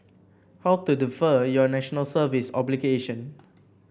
how to defer your National Service obligation